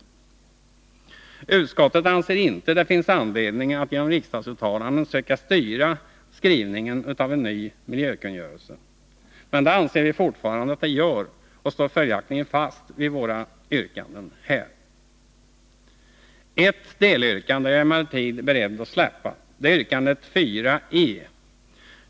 Utskottet anser inte att det finns anledning att genom riksdagsuttalanden söka styra skrivningen av den nya miljökungörelsen. Det vidhåller vi att det gör och står följaktligen fast vid våra yrkanden också här. Ett delyrkande är jag emellertid beredd att släppa. Det är yrkandet 4 e.